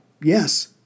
Yes